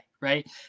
right